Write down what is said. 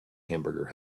hamburger